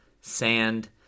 sand